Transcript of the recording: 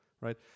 Right